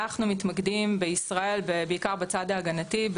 אנחנו מתמקדים בישראל בעיקר בצד ההגנתי,